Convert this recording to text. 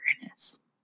awareness